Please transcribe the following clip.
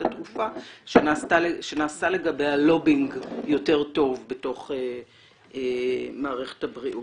התרופה שנעשה לגביה לובינג יותר טוב בתוך מערכת הבריאות.